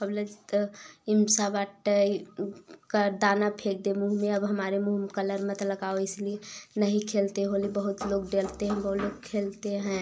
का बोला जीता इम सा बाटै का दाना फेंक दे मुँह में अब हमारे मुँह में कलर मत लगाओ इसलिए नहीं खेलते होली बहुत लोग डरते हैं बहुत लोग खेलते हैं